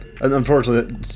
unfortunately